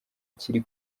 kiri